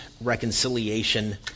reconciliation